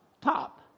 Top